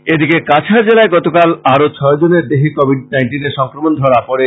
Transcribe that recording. এদিকে কাছাড় জেলায় গতকাল আরো ছয় জনের দেহে কোবিড এর সংক্রমন ধরা পড়ে